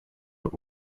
but